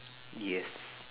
yes